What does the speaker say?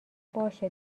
باشه